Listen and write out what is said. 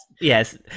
Yes